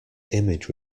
image